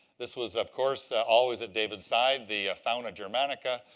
this was, of course, always at david's side, the fauna germanica,